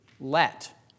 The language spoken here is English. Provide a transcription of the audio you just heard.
Let